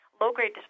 low-grade